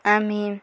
ଆମେ